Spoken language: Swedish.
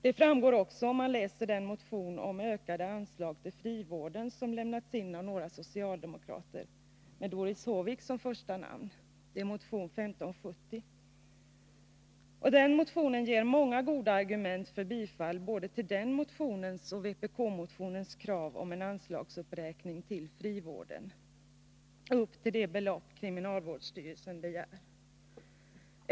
Detta framgår också om man läser den motion om ökade anslag till frivården som lämnats in av några socialdemokrater med Doris Håvik som första namn, motion 1570. Motionen ger många goda argument för bifall till både den motionens och vpk-motionens krav om en anslagsuppräkning när det gäller frivården upp till det belopp kriminalvårdsstyrelsen begär.